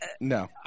no